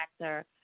actor